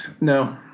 no